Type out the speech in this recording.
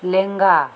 ᱞᱮᱸᱜᱟ